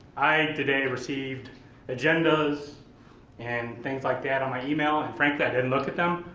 i, today, received agendas and things like that on my email and, frankly, i didn't look at them,